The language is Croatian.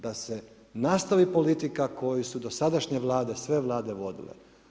Da se nastavi politika koju su dosadašnje Vlade, sve Vlade vodile.